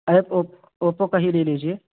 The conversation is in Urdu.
ایپ اوپپو کا ہی لے لیجیے